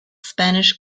spanish